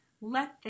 Let